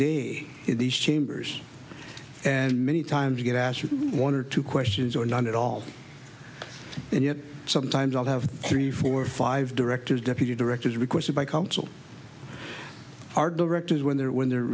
in these chambers and many times you get asked one or two questions or none at all and yet sometimes i'll have three four five directors deputy directors requested by council are directors when they're when they're